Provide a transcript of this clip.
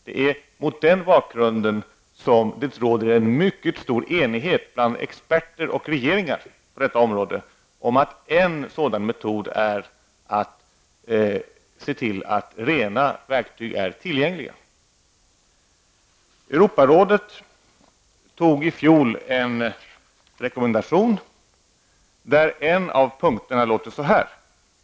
Det är mot den bakgrunden som det på detta område råder en mycket stor enighet bland experter och regeringar om att en sådan metod är att se till att rena verktyg är tillgängliga. Europarådet antog i fjol en rekommendation, där en av punkterna lyder på följande sätt.